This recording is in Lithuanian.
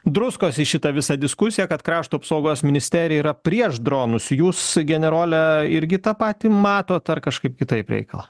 druskos į šitą visą diskusiją kad krašto apsaugos ministerija yra prieš dronus jūs generole irgi tą patį matot ar kažkaip kitaip reikalą